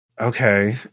Okay